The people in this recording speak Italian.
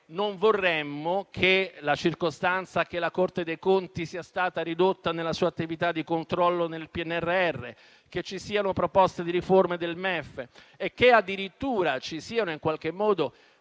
Non vorremmo che la circostanza che la Corte dei conti sia stata ridotta nella sua attività di controllo del PNRR, che il fatto che ci siano proposte di riforme del MEF e che addirittura ci siano critiche o